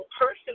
person